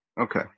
Okay